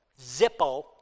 Zippo